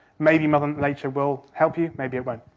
maybe mother nature will help you, maybe it won't.